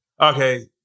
Okay